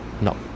No